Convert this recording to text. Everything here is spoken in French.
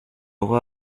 roi